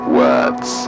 words